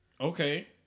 okay